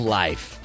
life